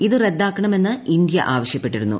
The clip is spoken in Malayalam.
ഇത് റദ്ദാക്കണ്ണ്ട്മന്ന് ഇന്ത്യ ആവശ്യപ്പെട്ടിരുന്നു